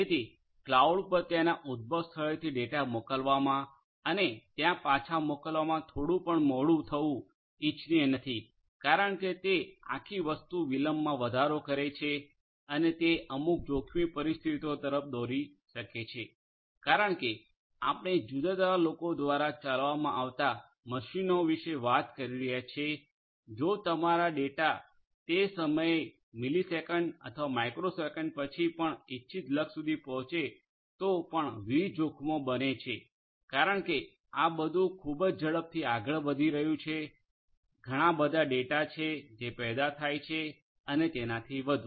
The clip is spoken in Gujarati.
જેથી ક્લાઉડ પર તેના ઉદ્ભવ સ્થળેથી ડેટા મોકલવામા અને ત્યાં પાછા મોકલવામાં થોડું પણ મોડું થવું ઇચ્છનીય નથી કારણ કે તે આખી વસ્તુ વિલંબમાં વધારો કરે છે અને તે અમુક જોખમી પરિસ્થિતિઓ તરફ દોરી શકે છે કારણ કે આપણે જુદા જુદા લોકો દ્વારા ચલાવવામાં આવતા મશીનો વિશે વાત કરી રહ્યા છીએ જો તમારો ડેટા તે સમયે મિલિસેકન્ડ અથવા માઇક્રોસેકન્ડ પછી પણ ઇચ્છિત લક્ષ્ય સુધી પહોંચે તો પણ વિવિધ જોખમો બને છે કારણ કે આ બધું ખૂબ જ ઝડપથી આગળ વધી રહ્યું છે ઘણા બધા ડેટા છે જે પેદા થાય છે અને તેનાથી વધુ